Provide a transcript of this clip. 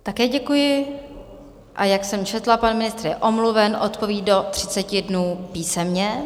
Také děkuji, a jak jsem četla, pan ministr je omluven, odpoví do 30 dnů písemně.